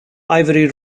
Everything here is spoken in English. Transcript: ivory